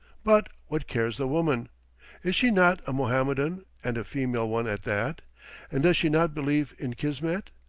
but, what cares the woman is she not a mohammedan, and a female one at that and does she not believe in kismet.